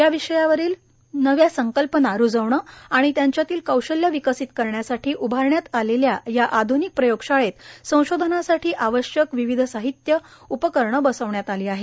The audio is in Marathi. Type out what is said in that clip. या विषयातील नव्या संकल्पना रुजविणे आणि त्यांच्यातील कौशल्य विकसित करण्यासाठी उभारण्यात आलेल्या या आध्निक प्रयोगशाळेत संशोधनासाठी आवश्यक विविध साहित्य उपकरणे बसविण्यात आली आहे